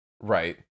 right